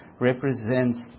represents